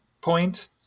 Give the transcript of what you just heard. point